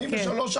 באים ב-15:00,